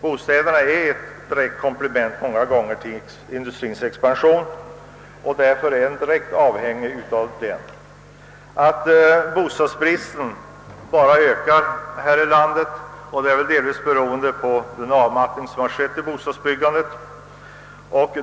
Bostäderna utgör många gånger ett komplement till industriens expansion, varför denna expansion också är direkt avhängig av bostadsbyggandet. Att bostadsbristen bara ökar i vårt land beror delvis på den avmattning som skett i bostadsbyggandet.